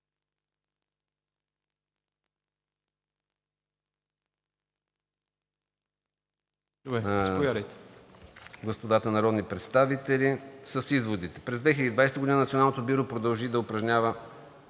господата народни представители с изводите. През 2020 г. Националното бюро продължи да упражнява